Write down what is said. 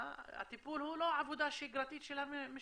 הטיפול הוא לא עבודה שגרתית של המשטרה.